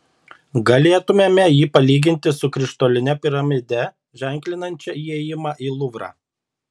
galėtumėme jį palyginti su krištoline piramide ženklinančia įėjimą į luvrą